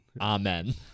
Amen